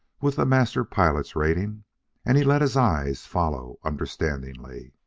with a master pilot's rating and he let his eyes follow understandingly